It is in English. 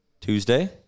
Tuesday